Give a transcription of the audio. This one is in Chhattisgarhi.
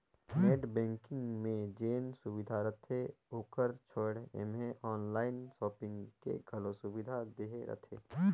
नेट बैंकिग मे जेन सुबिधा रहथे ओकर छोयड़ ऐम्हें आनलाइन सापिंग के घलो सुविधा देहे रहथें